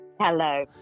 Hello